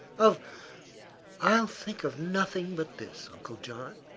of i'll think of nothing but this, uncle john.